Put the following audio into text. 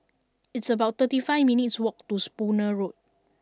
it's about thirty five minutes' walk to Spooner Road